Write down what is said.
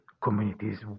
communities